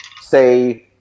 say